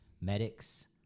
medics